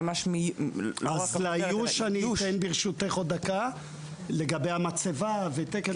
לגבי איוש אתן עוד דקה לגבי המצבה ותקן